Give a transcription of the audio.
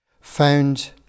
found